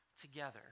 together